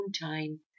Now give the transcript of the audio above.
time